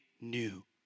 new